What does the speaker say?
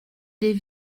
des